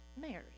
Mary